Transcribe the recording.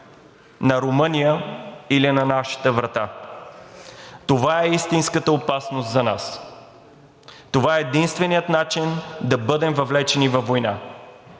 на Румъния или на нашата врата. Това е истинската опасност за нас. Това е единственият начин да бъдем въвлечени във война.